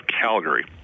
Calgary